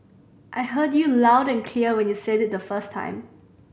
I heard you loud and clear when you said it the first time